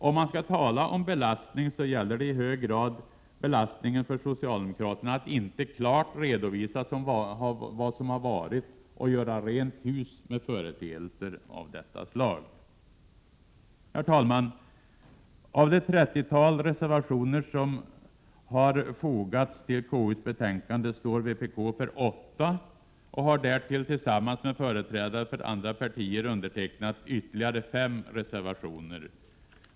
Om man skall tala om belastning så gäller det i hög grad belastningen för socialdemokraterna av att inte klart redovisa vad som varit och göra rent hus med företeelser av detta slag. Herr talman! Av det trettiotal reservationer som fogats till KU:s betänkande står vpk för åtta och har därtill tillsammans med företrädare för andra partier undertecknat ytterligare fem reservationer.